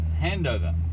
handover